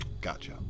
Gotcha